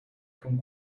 come